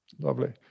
Lovely